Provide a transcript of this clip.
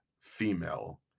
female